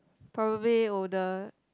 probably older